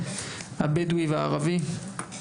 הבדואי והערבי.